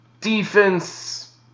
Defense